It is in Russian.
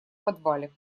подвале